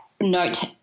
note